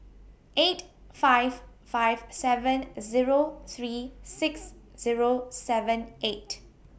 eight five five seven Zero three six Zero seven eight